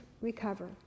recover